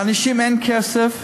לאנשים אין כסף,